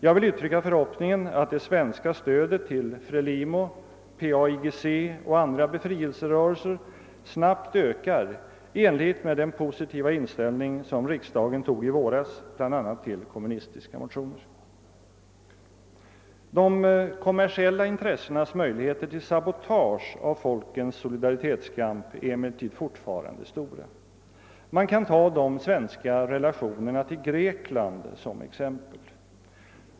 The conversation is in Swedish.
Jag vill uttrycka förhoppningen att det svenska stödet till Frelimo, PAIGC och andra befrielserörelser snabbt ökar i enlighet med den positiva inställning som riksdagen visade i våras bl.a. till kommunistiska motioner. De kommersiella intressenas möjligheter till sabotage av folkens solidaritetskamp är emellertid forfarande stora. Man kan ta de svenska relationerna till Grekland som exempel.